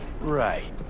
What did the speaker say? Right